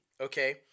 okay